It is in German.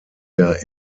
der